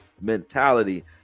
mentality